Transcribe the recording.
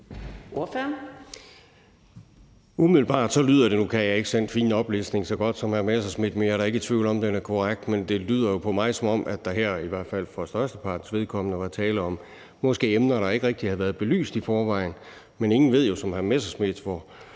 Bang Henriksen (V): Nu kan jeg ikke den fine oplæsning så godt som hr. Morten Messerschmidt, men jeg er da ikke i tvivl om, at den er korrekt. Det lyder jo på mig, som om der her, i hvert fald for størstepartens vedkommende, var tale om emner, der måske ikke rigtig havde været belyst i forvejen. Men ingen ved jo som hr. Morten Messerschmidt, hvilke